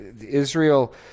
Israel